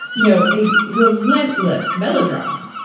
you know, a relentless melodrama.